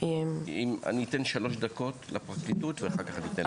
אני אתן שלוש דקות לפרקליטות ואחר כך אני אתן לך,